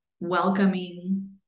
welcoming